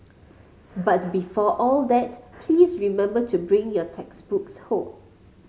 but before all that please remember to bring your textbooks home